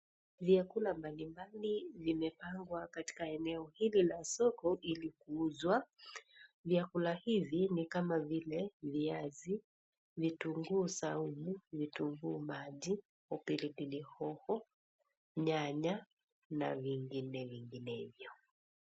Vyakula mbali mbali vimepangwa katika eneo hili la soko ili kuuzwa. Vyakula hivi ni kama vile viazi, vitunguu saumu, vitunguu maji, pili pili hoho, nyanya na vinginevyo.